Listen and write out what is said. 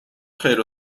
خیر